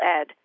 Ed